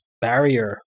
barrier